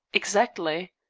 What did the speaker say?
exactly.